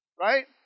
right